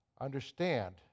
understand